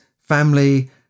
family